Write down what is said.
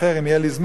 אם יהיה לי זמן,